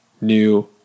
new